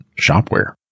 shopware